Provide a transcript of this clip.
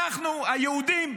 אנחנו, היהודים?